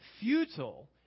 futile